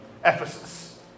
Ephesus